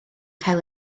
cael